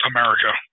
America